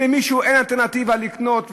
אם למישהו אין אלטרנטיבה לקנות,